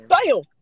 fail